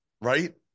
right